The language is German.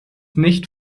nicht